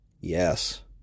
Yes